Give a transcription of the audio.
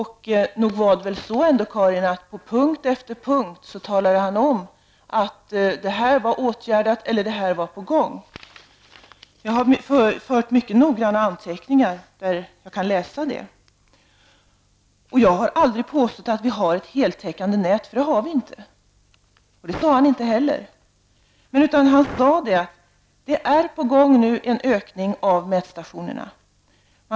Nog var det väl så att generaldirektören på punkt efter punkt talade om vilka åtgärder som hade vidtagits och vilka som var på gång. Jag har fört mycket noggranna anteckningar där detta kan läsas. Jag har aldrig påstått att vi har ett heltäckande nät, för det har vi inte. Det sade generaldirektören inte heller. Han sade att en ökning av mätstationer var på gång.